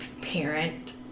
parent